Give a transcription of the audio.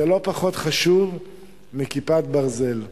זה לא פחות חשוב מ"כיפת ברזל".